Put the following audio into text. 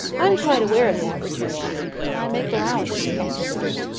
i am quite aware of that, returned she. and i make allowances, captain brown.